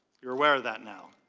you are aware of that now.